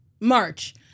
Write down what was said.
March